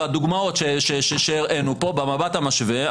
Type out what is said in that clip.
בדוגמאות שהראינו פה במבט המשווה,